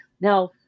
Now